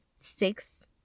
six